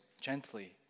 gently